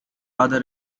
other